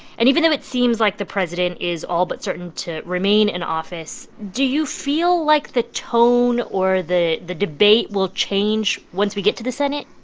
and even though it seems like the president is all but certain to remain in office, do you feel like the tone or the the debate will change once we get to the senate?